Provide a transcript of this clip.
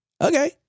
Okay